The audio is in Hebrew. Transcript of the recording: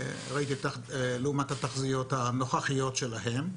כ-20% לעומת התחזיות הנוכחיות שלהם.